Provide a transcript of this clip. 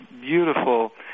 beautiful